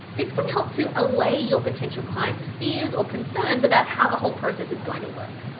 this can help to allay your potential client's fears or concerns about how the whole process is going to work.